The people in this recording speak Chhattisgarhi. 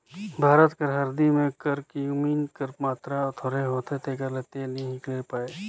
भारत कर हरदी में करक्यूमिन कर मातरा थोरहें होथे तेकर ले तेल नी हिंकेल पाए